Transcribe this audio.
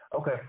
Okay